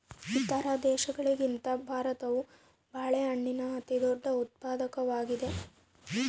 ಇತರ ದೇಶಗಳಿಗಿಂತ ಭಾರತವು ಬಾಳೆಹಣ್ಣಿನ ಅತಿದೊಡ್ಡ ಉತ್ಪಾದಕವಾಗಿದೆ